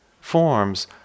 forms